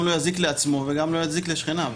לא יזיק לעצמו וגם כדי שלא יזיק לשכניו.